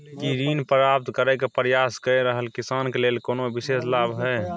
की ऋण प्राप्त करय के प्रयास कए रहल किसान के लेल कोनो विशेष लाभ हय?